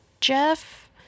Jeff